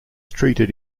treated